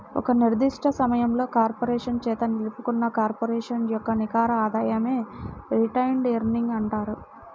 ఒక నిర్దిష్ట సమయంలో కార్పొరేషన్ చేత నిలుపుకున్న కార్పొరేషన్ యొక్క నికర ఆదాయమే రిటైన్డ్ ఎర్నింగ్స్ అంటారు